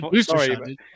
Sorry